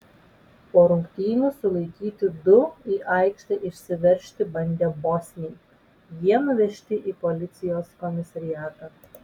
po rungtynių sulaikyti du į aikštę išsiveržti bandę bosniai jie nuvežti į policijos komisariatą